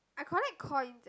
I collect coins eh